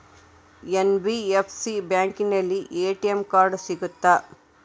NBFC ಬ್ಯಾಂಕಿನಲ್ಲಿ ATM card ಸಿಗುತ್ತಾ?